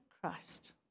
Christ